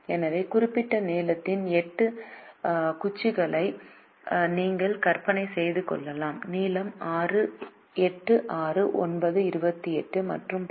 எனவே குறிப்பிட்ட நீளத்தின் 8 குச்சிகளை நீங்கள் கற்பனை செய்து கொள்ளலாம் நீளம் 8 6 9 28 மற்றும் பல